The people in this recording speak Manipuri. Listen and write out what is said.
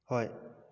ꯍꯣꯏ